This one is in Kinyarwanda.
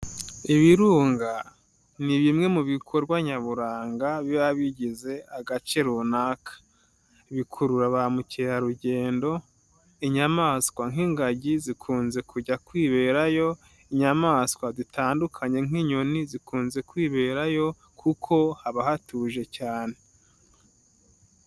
Ibirunga ni bimwe mu bikorwa nyaburanga biba bigize agace runaka. Bikurura ba mukerarugendo, inyamaswa nk'ingagi zikunze kujya kwiberayo, inyamaswa zitandukanye nk'inyoni zikunze kwiberayo kuko haba hatuje cyane.